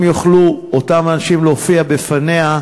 אם יוכלו אותם אנשים להופיע בפניה,